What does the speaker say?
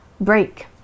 break